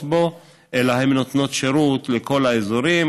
בו אלא הן נותנות שירות לכל האזורים,